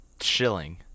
shilling